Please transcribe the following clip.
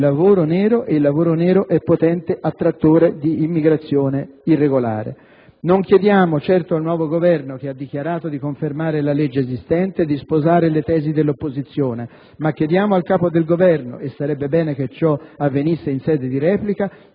il lavoro nero è potente attrattore di immigrazione irregolare. Non chiediamo certo al nuovo Governo - che ha dichiarato di confermare la legge esistente - di sposare le tesi dell'opposizione, ma chiediamo al capo del Governo - e sarebbe bene che ciò avvenisse in sede di replica